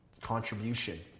contribution